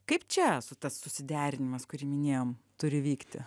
kaip čia su tas susiderinimas kurį minėjom turi vykti